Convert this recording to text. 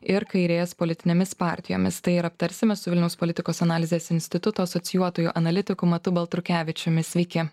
ir kairės politinėmis partijomis tai ir aptarsime su vilniaus politikos analizės instituto asocijuotuoju analitiku matu baltrukevičiumi sveiki